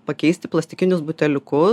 pakeisti plastikinius buteliukus